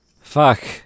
fuck